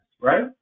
right